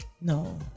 No